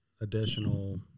additional